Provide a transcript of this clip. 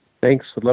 Thanks